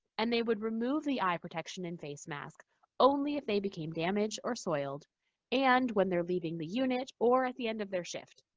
and they would remove the eye protection and face mask only if they became damaged or soiled and when they're leaving the unit or at the end of their shift.